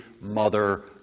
mother